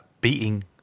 Beating